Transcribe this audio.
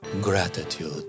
gratitude